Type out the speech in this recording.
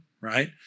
right